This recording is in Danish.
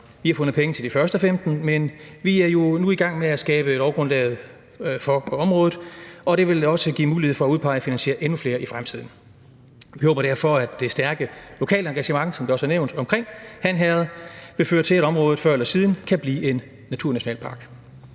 Vi har fundet penge til de første 15, men vi er jo nu i gang med at skabe lovgrundlaget på området, og det vil også give mulighed for at udpege og finansiere endnu flere i fremtiden. Vi håber derfor, at det stærke lokale engagement, som det også blev nævnt, omkring Han Herred vil føre til, at området før eller siden kan blive en naturnationalpark.